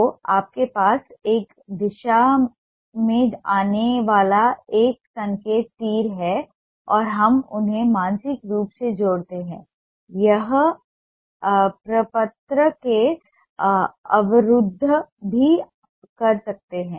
तो आपके पास एक दिशा में आने वाला एक संकेत तीर है और हम उन्हें मानसिक रूप से जोड़ते हैं यह प्रपत्र को अवरुद्ध भी कर सकता है